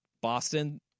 Boston